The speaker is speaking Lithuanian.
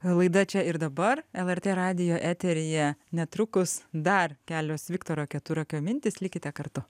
laida čia ir dabar lrt radijo eteryje netrukus dar kelios viktoro keturakio mintys likite kartu